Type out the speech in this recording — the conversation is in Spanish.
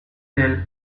del